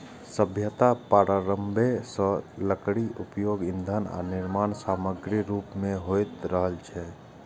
सभ्यताक प्रारंभे सं लकड़ीक उपयोग ईंधन आ निर्माण समाग्रीक रूप मे होइत रहल छै